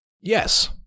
Yes